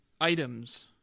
items